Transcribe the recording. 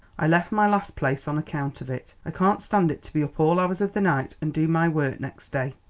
i left my last place on account of it i can't stand it to be up all hours of the night and do my work next day.